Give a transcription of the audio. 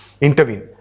intervene